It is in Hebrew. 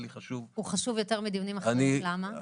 הוא חשוב יותר מדיונים אחרים, למה?